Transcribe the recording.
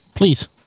Please